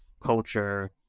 culture